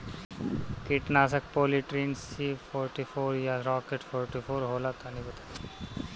कीटनाशक Polytrin C forty four या Rocket forty four होला तनि बताई?